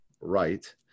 right